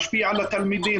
להשפיע על התלמידים,